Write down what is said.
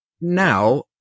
now